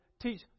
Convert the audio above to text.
teach